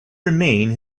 remain